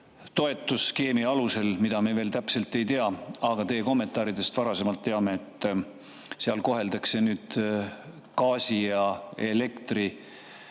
toetusskeemi alusel, mida me veel täpselt ei tea, aga teie kommentaaridest varasemalt teame, et seal koheldakse nüüd gaasi ja elektri